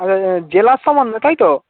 আর জেলার সম্বন্ধে তাই তো